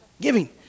Giving